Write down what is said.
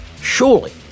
Surely